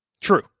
True